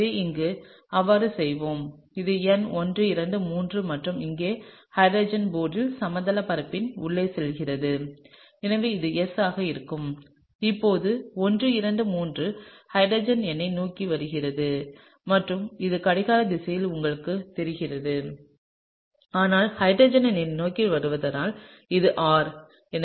எனவே இங்கே அவ்வாறு செய்வோம் இது எண் 1 2 3 மற்றும் இங்கே ஹைட்ரஜன் போர்டின் சமதளப் பரப்பின் உள்ளே செல்கிறது எனவே இது S ஆக இருக்கும் இங்கே இது 1 2 3 ஹைட்ரஜன் என்னை நோக்கி வருகிறது மற்றும் இது கடிகார திசையில் உங்களுக்குத் தெரிந்திருக்கும் ஆனால் ஹைட்ரஜன் என்னை நோக்கி வருவதால் இது R